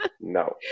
No